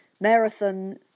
marathon